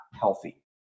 healthy